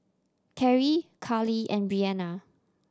Cary Karlee and Breanna